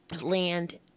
land